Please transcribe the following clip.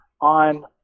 on